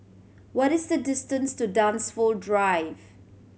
what is the distance to Dunsfold Drive